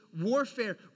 Warfare